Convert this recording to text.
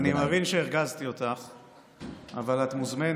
נמצא פה חבר הכנסת פורר על הדוכן, והוא יענה,